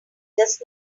does